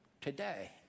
today